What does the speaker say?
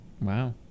Wow